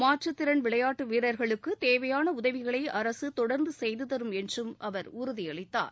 மாற்றுத் திறள் விளையாட்டு வீரர்களுக்கு தேவையான உதவிகளை அரசு தொடர்ந்து செய்து தரும் என்றும் அவர் உறுதியளித்தார்